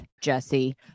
jesse